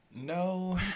No